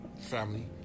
family